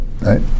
right